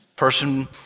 person